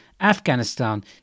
Afghanistan